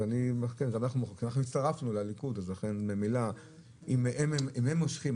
אנחנו הצטרפנו לליכוד ולכן אם הם מושכים,